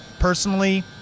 personally